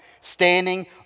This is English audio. standing